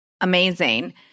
Amazing